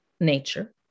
nature